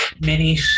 mini